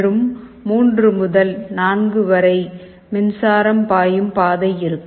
மற்றும் 3 முதல் 4 வரை மின்சாரம் பாயும் பாதை இருக்கும்